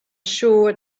sure